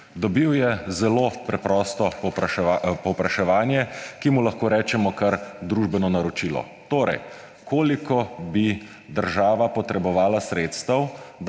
Dobil je zelo preprosto povpraševanje, ki mu lahko rečemo kar družbeno naročilo, torej koliko bi država potrebovala sredstev,